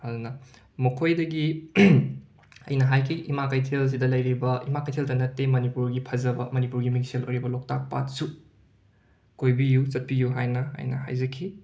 ꯑꯩꯅ ꯃꯈꯣꯏꯗꯒꯤ ꯑꯩꯅ ꯍꯥꯏꯈꯤ ꯏꯃꯥ ꯀꯩꯊꯦꯜꯁꯤꯗ ꯂꯩꯔꯤꯕ ꯏꯃꯥ ꯀꯩꯊꯦꯜꯇ ꯅꯠꯇꯦ ꯃꯅꯤꯄꯨꯔꯒꯤ ꯐꯖꯕ ꯃꯅꯤꯄꯨꯔꯒꯤ ꯃꯤꯡꯁꯦꯜ ꯑꯣꯏꯔꯤꯕ ꯂꯣꯛꯇꯥꯛ ꯄꯥꯠꯁꯨ ꯀꯣꯏꯕꯤꯌꯨ ꯆꯠꯄꯤꯌꯨ ꯍꯥꯏꯅ ꯑꯩꯅ ꯍꯥꯏꯖꯈꯤ